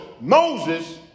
Moses